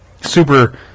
super